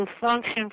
function